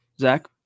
Zach